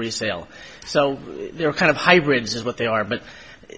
resale so they're kind of hybrids is what they are but